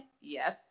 Yes